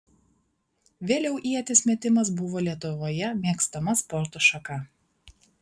vėliau ieties metimas buvo lietuvoje mėgstama sporto šaka